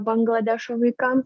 bangladešo vaikam